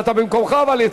לא הצבעת במקומך, אבל הצבעת.